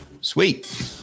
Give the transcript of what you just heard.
Sweet